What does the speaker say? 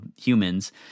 humans